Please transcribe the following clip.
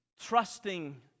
trusting